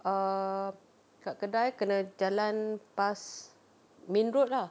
err kat kedai kena jalan past main road lah